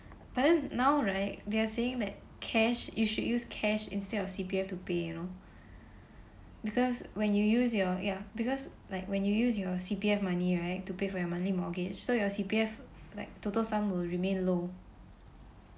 but then now right they are saying that cash you should use cash instead of C_P_F to pay you know because when you use your ya because like when you use your C_P_F money right to pay for your monthly mortgage so your C_P_F like total sum will remain low